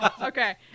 Okay